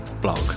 blog